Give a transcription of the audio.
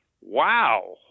wow